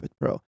Pro